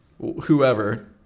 whoever